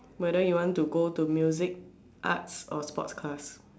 whether you want to go to music arts or sports class